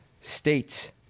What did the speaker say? states